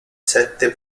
sette